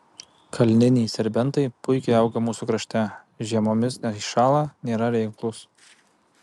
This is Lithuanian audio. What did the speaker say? kalniniai serbentai puikiai auga mūsų krašte žiemomis neiššąla nėra reiklūs